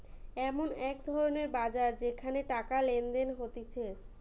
এমন এক ধরণের বাজার যেখানে টাকা লেনদেন হতিছে